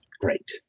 Great